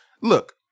look